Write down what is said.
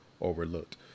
overlooked